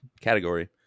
category